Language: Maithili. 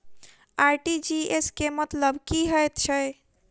आर.टी.जी.एस केँ मतलब की हएत छै?